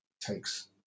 takes